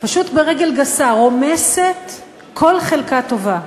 כל חלקה טובה.